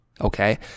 okay